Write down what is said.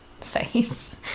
face